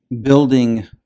building